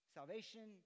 Salvation